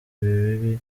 bibi